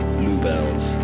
bluebells